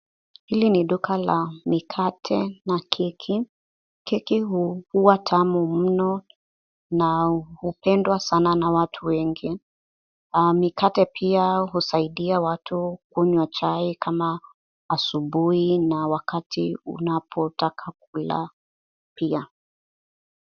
Hili ni duka la mikate na keki. Keki huwa tamu mno na hupendwa sana na watu wengi. Mikate pia husaidia watu kunywa chai kama asubuhi na wakati unapotaka kula pia.